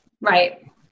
Right